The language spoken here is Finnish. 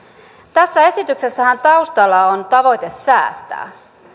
tässä esityksessähän taustalla on tavoite säästää